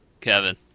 kevin